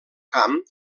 camp